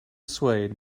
swayed